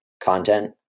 content